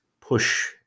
push